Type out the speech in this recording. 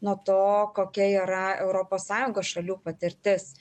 nuo to kokia yra europos sąjungos šalių patirtis